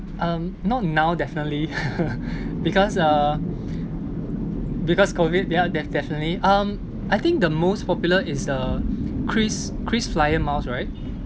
um not now definitely because uh because COVID they are def~ definitely um I think the most popular is the kris~ krisflyer miles right